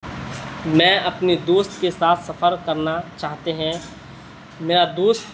میں اپنے دوست کے ساتھ سفر کرنا چاہتے ہیں میرا دوست